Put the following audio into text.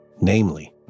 namely